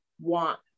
want